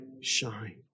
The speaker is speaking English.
shine